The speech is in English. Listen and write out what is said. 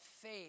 faith